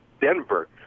Denver